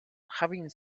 having